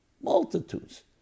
multitudes